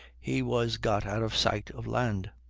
he was got out of sight of land.